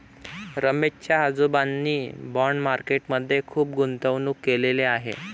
रमेश च्या आजोबांनी bond market मध्ये खुप गुंतवणूक केलेले आहे